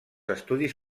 estudis